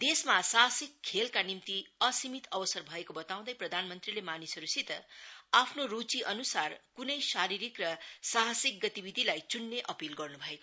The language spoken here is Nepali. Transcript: देशमा साहसिक खेलका निम्ति असीमित अवसर भएको बताउँदै प्रधान मंत्रीले मानिसहरूसित आफ्नो रूचिअनुसार कुनै शारिरिक र साहसिक गतिविधिलाई चुन्ने अपील गर्न् भयो